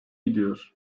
gidiyor